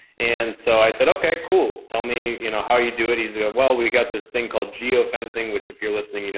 and so i said, okay, cool. tell me, you know how you do it. he's going, well we've got this thing called geo-fencing, which if you're listening, you know